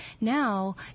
Now